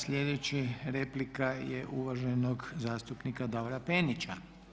Slijedeća replika je uvaženog zastupnika Davora Penića.